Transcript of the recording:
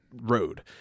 road